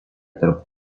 tarp